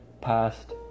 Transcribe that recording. past